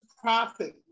profit